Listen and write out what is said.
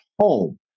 home